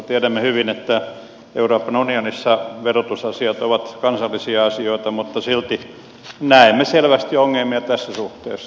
tiedämme hyvin että euroopan unionissa verotusasiat ovat kansallisia asioita mutta silti näemme selvästi ongelmia tässä suhteessa